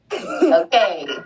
Okay